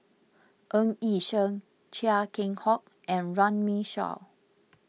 Ng Yi Sheng Chia Keng Hock and Runme Shaw